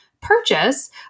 purchase